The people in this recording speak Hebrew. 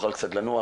שתוכל קצת לנוח,